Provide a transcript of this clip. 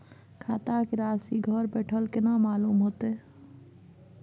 खाता के राशि घर बेठल केना मालूम होते?